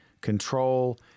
control